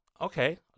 Okay